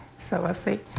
so let's see.